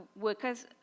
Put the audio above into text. workers